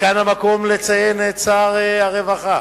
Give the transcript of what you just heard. כאן המקום לציין את שר הרווחה